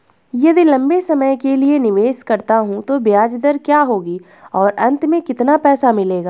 यदि लंबे समय के लिए निवेश करता हूँ तो ब्याज दर क्या होगी और अंत में कितना पैसा मिलेगा?